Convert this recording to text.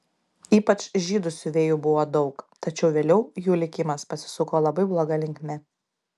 ypač žydų siuvėjų buvo daug tačiau vėliau jų likimas pasisuko labai bloga linkme